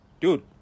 dude